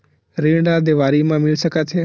ऋण ला देवारी मा मिल सकत हे